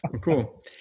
Cool